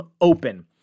open